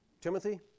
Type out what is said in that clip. Timothy